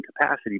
capacity